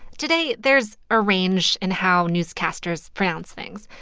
today, there's a range in how newscasters pronounce things.